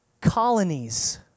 colonies